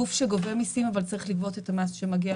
גוף שגובה מיסים אבל צריך לגבות את המס שמגיע,